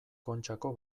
kontxako